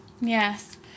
Yes